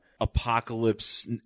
apocalypse